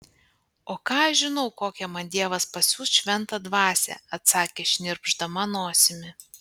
o ką aš žinau kokią man dievas pasiųs šventą dvasią atsakė šnirpšdama nosimi